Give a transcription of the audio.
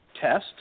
Tests